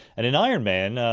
and in iron man,